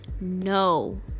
no